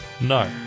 No